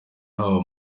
haba